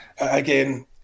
again